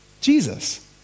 Jesus